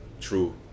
True